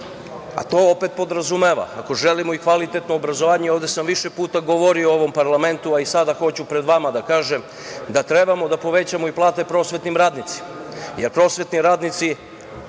a to opet podrazumeva da ako želimo i kvalitetno obrazovanje, ovde sam više puta govorio u ovom parlamentu, a i sad hoću pred vama da kažem, treba da povećamo i plate prosvetnim radnicima,